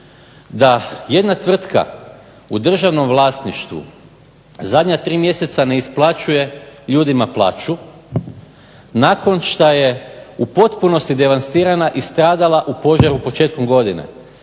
da jedna tvrtka u državnom vlasništvu zadnja tri mjeseca ne isplaćuje ljudima plaću, nakon što je u potpunosti devastirana i stradala u požaru početkom godine.